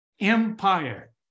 empire